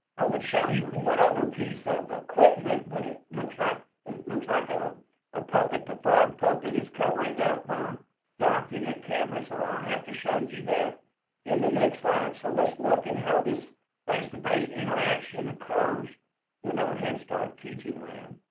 i would show you one other piece of equipment, but it looks like it looks like a um um puppet. the frog puppet is covering up my document camera so i'll have to show you that in the next slide. so let's look at how this face-to-face interaction occurs with our head start teaching lab.